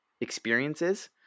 experiences